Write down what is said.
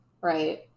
Right